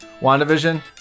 WandaVision